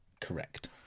Correct